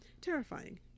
Terrifying